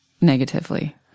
negatively